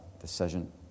decision